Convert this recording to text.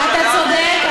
אתה צודק.